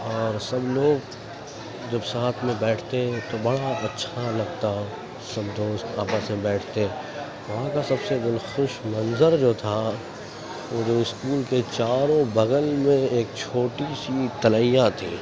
اور سب لوگ جب ساتھ میں بیٹھتے تو بڑا اچھا لگتا سب دوست آپس میں بیٹھتے وہاں کا سب سے دل خوش منظر جو تھا وہ جو اسکول کے چاروں بغل میں ایک چھوٹی سی تلیا تھی